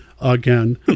again